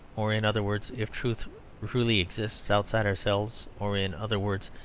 or in other words, if truth truly exists outside ourselves, or in other words,